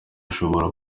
ushobora